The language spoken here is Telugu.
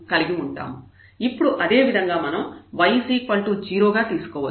ఇప్పుడు అదేవిధంగా మనం y 0 గా తీసుకోవచ్చు